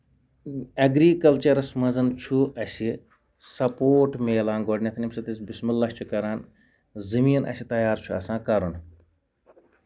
اٮ۪گرِکَلچرَس منٛز چھُ اَسہِ سَپوٹ مِلان گۄڈٕنیتھ ییٚمہِ ساتہٕ أسۍ بِسم اللہ چھِ کران زٔمیٖن اَسہِ تَیار چھُ آسان کَرُن